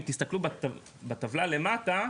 אם תסתכלו בטבלה למטה,